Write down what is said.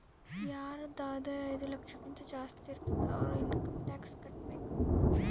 ಯಾರದ್ ಆದಾಯ ಐಯ್ದ ಲಕ್ಷಕಿಂತಾ ಜಾಸ್ತಿ ಇರ್ತುದ್ ಅವ್ರು ಇನ್ಕಮ್ ಟ್ಯಾಕ್ಸ್ ಕಟ್ಟಬೇಕ್